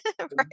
Right